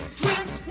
twins